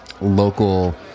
local